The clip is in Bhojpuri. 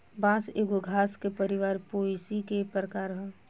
बांस एगो घास के परिवार पोएसी के प्रकार ह